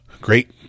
great